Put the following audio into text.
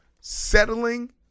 settling